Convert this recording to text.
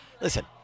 listen